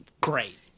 great